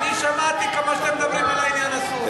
שמעתי כל מה שאתם מדברים בעניין הסורי.